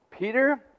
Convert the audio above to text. Peter